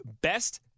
best